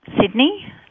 Sydney